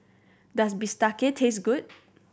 does bistake taste good